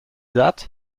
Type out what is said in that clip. that